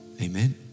Amen